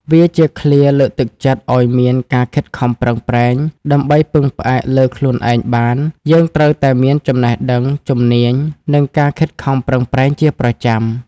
វាជាឃ្លាលើកទឹកចិត្តឲ្យមានការខិតខំប្រឹងប្រែង ដើម្បីពឹងផ្អែកលើខ្លួនឯងបាន យើងត្រូវតែមាន ចំណេះដឹង ជំនាញ និង ការខិតខំប្រឹងប្រែង ជាប្រចាំ។